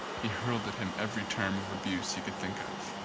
he hurled at him every term of abuse he could think of.